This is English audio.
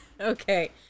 okay